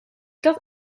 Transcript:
dat